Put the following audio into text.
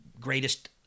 greatest